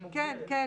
מוגדרת,